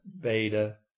Beta